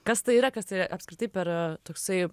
kas tai yra kas tai apskritai per toksai